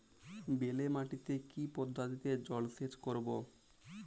বেলে মাটিতে কি পদ্ধতিতে জলসেচ করব?